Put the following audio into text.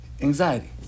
Anxiety